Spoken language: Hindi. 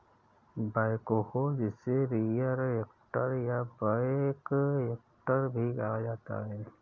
बैकहो जिसे रियर एक्टर या बैक एक्टर भी कहा जाता है